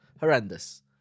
Horrendous